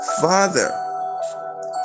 father